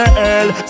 girl